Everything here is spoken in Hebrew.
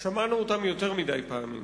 שמענו אותם יותר מדי פעמים.